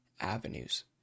avenues